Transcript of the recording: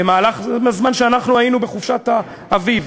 בזמן שהיינו בחופשת האביב,